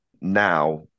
now